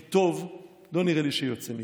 כי טוב לא נראה לי שיוצא מפה.